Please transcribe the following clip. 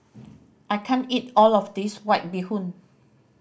I can't eat all of this White Bee Hoon